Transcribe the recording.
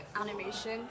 animation